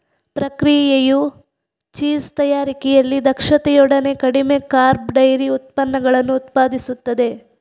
ಪ್ರಕ್ರಿಯೆಯು ಚೀಸ್ ತಯಾರಿಕೆಯಲ್ಲಿ ದಕ್ಷತೆಯೊಡನೆ ಕಡಿಮೆ ಕಾರ್ಬ್ ಡೈರಿ ಉತ್ಪನ್ನಗಳನ್ನು ಉತ್ಪಾದಿಸುತ್ತದೆ